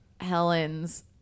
Helen's